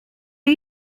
are